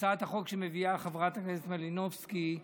הצעת החוק שמביאה חברת הכנסת מלינובסקי,